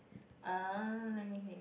uh let me think